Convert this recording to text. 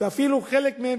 ואפילו חלק מהם